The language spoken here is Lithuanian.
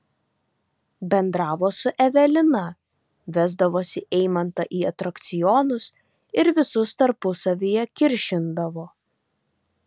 bendravo su evelina vesdavosi eimantą į atrakcionus ir visus tarpusavyje kiršindavo